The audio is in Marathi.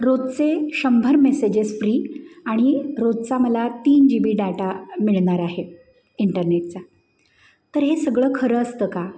रोजचे शंभर मेसेजेस फ्री आणि रोजचा मला तीन बी डाटा मिळणार आहे इंटरनेटचा तर हे सगळं खरं असतं का